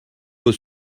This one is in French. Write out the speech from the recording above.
vos